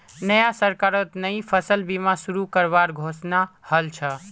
नया सरकारत नई फसल बीमा शुरू करवार घोषणा हल छ